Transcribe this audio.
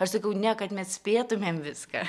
aš sakau ne kad mes spėtumėm viską